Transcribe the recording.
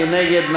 מי נגד?